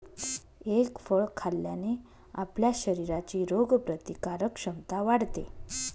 egg फळ खाल्ल्याने आपल्या शरीराची रोगप्रतिकारक क्षमता वाढते